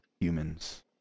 humans